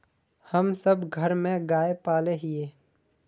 हम सब घर में गाय पाले हिये?